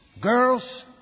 girls